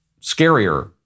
scarier